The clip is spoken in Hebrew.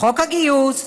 חוק הגיוס,